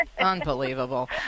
Unbelievable